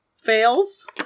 Fails